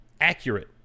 accurate